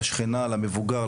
למבוגר,